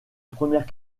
première